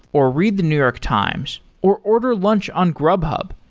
or read the new york times, or order lunch on grubhub,